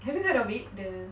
have you heard of it the